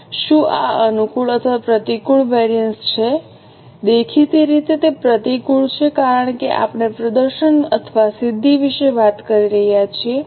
શું આ અનુકૂળ અથવા પ્રતિકૂળ વેરિએન્સ છે દેખીતી રીતે તે પ્રતિકૂળ છે કારણ કે આપણે પ્રદર્શન અથવા સિદ્ધિ વિશે વાત કરી રહ્યા છીએ